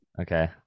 Okay